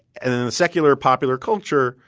and in in the secular popular culture,